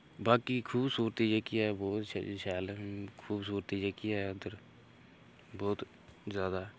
बाकी खूबसूरती जेह्की ऐ बहुत शैल ऐ खूबसूरती जेह्की ऐ उद्धर बहुत जैदा ऐ